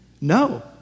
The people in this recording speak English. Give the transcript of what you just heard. No